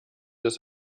des